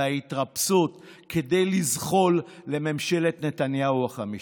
וההתרפסות, כדי לזחול לממשלת נתניהו החמישית.